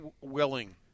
willing